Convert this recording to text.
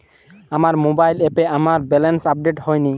আমার মোবাইল অ্যাপে আমার ব্যালেন্স আপডেট হয়নি